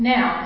Now